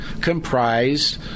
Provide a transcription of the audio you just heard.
comprised